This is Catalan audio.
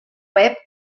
web